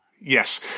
Yes